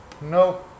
No